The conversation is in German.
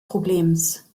problems